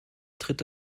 tritt